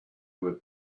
were